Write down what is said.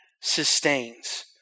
sustains